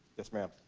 yes ma'am